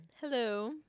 hello